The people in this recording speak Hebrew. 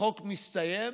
החוק מסתיים